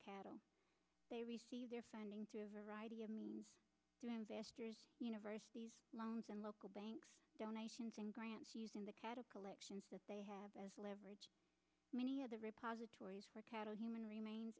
cattle they receive their funding through a variety of means to investors universities loans and local banks donations and grants using the cattle collections that they have as leverage many of the repository for cattle human remains